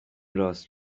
راست